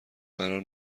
قرار